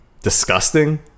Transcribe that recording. disgusting